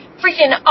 freaking